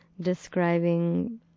describing